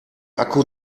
akku